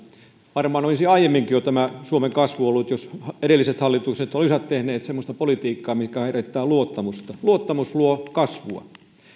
varmaan olisi aiemminkin jo tämä suomen kasvu ollut jos edelliset hallitukset olisivat tehneet semmoista politiikkaa mikä aiheuttaa luottamusta luottamus luo kasvua